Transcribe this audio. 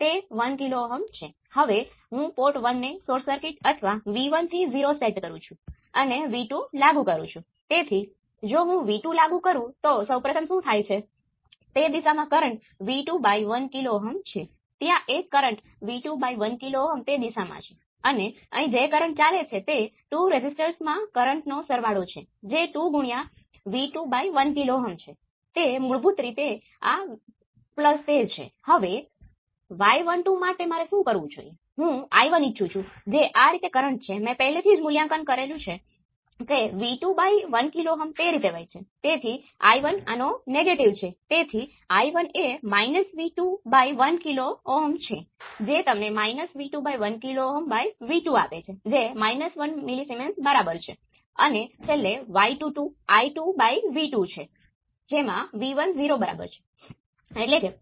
હવે હું સોર્સ ને આ રીતે જોડી શકું છું Vs રેઝિસ્ટન્સ સાથે સંકળાયેલ કોમન છે તમે સોર્સ ને જોડો છો સોર્સ અપૂર્ણ હોઈ શકે છે તેથી તે સિરિઝ રેઝિસ્ટન્સ ધરાવે છે અને બીજી બાજુ તમે લોડને